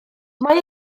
mae